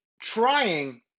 trying